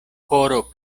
koro